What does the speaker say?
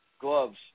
Gloves